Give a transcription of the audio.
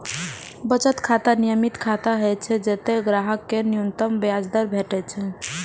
बचत खाता नियमित खाता होइ छै, जतय ग्राहक कें न्यूनतम ब्याज दर भेटै छै